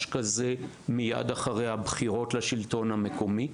כזה מיד אחרי הבחירות לשלטון המקומי,